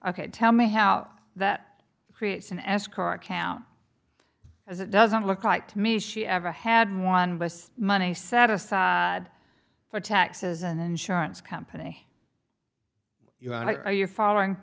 ok tell me how that creates an escrow account as it doesn't look like to me she ever had one with money set aside for taxes and insurance company you're following